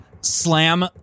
slam